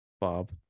Bob